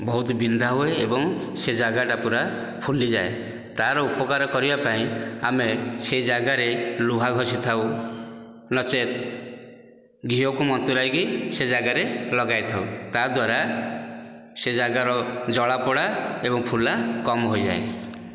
ବହୁତ ବିନ୍ଧା ହୁଏ ଏବଂ ସେ ଜାଗାଟା ପୁରା ଫୁଲିଯାଏ ତାର ଉପକାର କରିବା ପାଇଁ ଆମେ ସେ ଜାଗାରେ ଲୁହା ଘଷି ଥାଉ ନଚେତ ଘିଅକୁ ମନ୍ତୁରାଇକି ସେ ଜାଗାରେ ଲଗାଇଥାଉ ତାଦ୍ୱାରା ସେ ଜାଗାର ଜଳାପୋଡ଼ା ଏବଂ ଫୁଲା କମ୍ ହୋଇଯାଏ